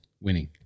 winning